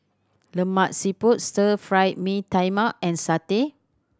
Lemak Siput Stir Fry Mee Tai Mak and satay